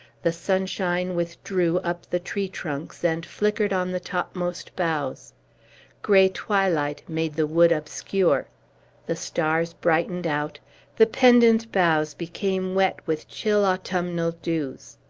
the sunshine withdrew up the tree trunks and flickered on the topmost boughs gray twilight made the wood obscure the stars brightened out the pendent boughs became wet with chill autumnal dews.